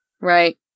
Right